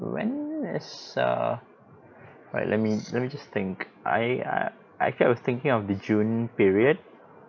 when is err like let me let me just think I I I kept of thinking of the june period